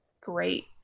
great